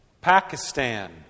Pakistan